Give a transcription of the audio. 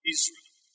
Israel